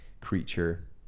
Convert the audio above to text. creature